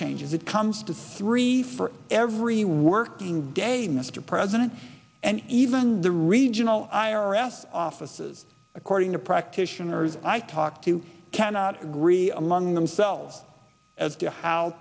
changes it comes to three for every working day mr president and even the regional i r s offices according to practitioners i talked to cannot agree among themselves as to how